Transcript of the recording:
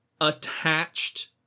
attached